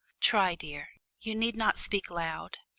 try, dear. you need not speak loud.